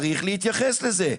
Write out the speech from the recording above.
צריך להתייחס לזה,